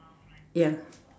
ya